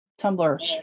Tumblr